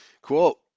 Quote